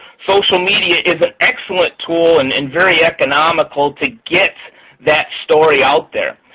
social media is an excellent tool and and very economical to get that story out there,